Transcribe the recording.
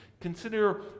consider